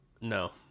No